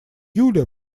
июля